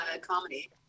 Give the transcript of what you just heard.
comedy